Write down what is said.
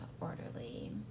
orderly